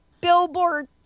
billboard